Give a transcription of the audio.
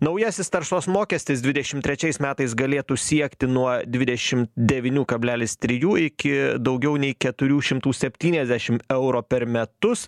naujasis taršos mokestis dvidešim trečiais metais galėtų siekti nuo dvidešim devynių kablelis trijų iki daugiau nei keturių šimtų septyniasdešim eurų per metus